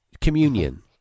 communion